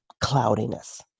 cloudiness